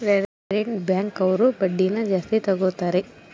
direct bank ಅವ್ರು ಬಡ್ಡಿನ ಜಾಸ್ತಿ ತಗೋತಾರೆ